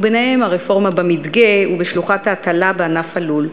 וביניהן הרפורמה במדגה ובשלוחת ההטלה בענף הלול.